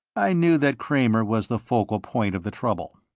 i knew that kramer was the focal point of the trouble.